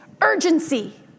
urgency